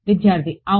విద్యార్థి అవును